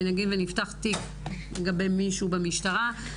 ונגיד ונפתח תיק לגבי מישהו במשטרה,